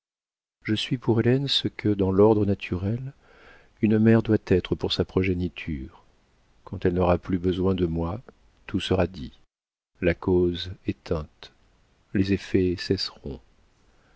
je suis pour hélène ce que dans l'ordre naturel une mère doit être pour sa progéniture quand elle n'aura plus besoin de moi tout sera dit la cause éteinte les effets cesseront